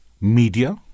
media